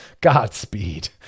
godspeed